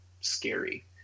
scary